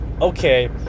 okay